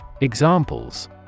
Examples